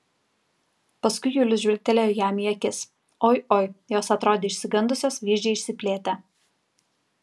paskui julius žvilgtelėjo jam į akis oi oi jos atrodė išsigandusios vyzdžiai išsiplėtę